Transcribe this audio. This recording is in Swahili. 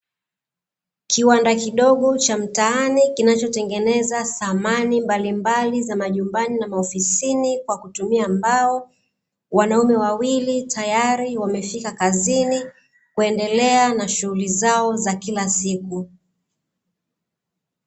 Kiwanda kidogo cha mtaani kinachoteneza dhamani mbalimbali za majumbani na maofisini kwa kutumia mbao wanaume wawili tayari wameshafika kazini kuendelea na shughuli zao za kila siku